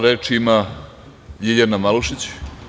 Reč ima Ljiljana Malušić.